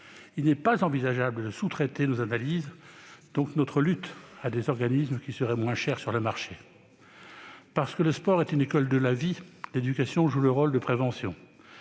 Il n'est pas envisageable de sous-traiter nos analyses et, donc, notre lutte à des organismes qui seraient moins chers sur le marché. Parce que le sport est une école de la vie, l'éducation joue le rôle de prévention.